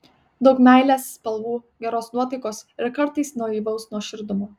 daug meilės spalvų geros nuotaikos ir kartais naivaus nuoširdumo